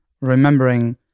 remembering